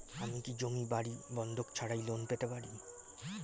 আমি কি জমি বাড়ি বন্ধক ছাড়াই লোন পেতে পারি?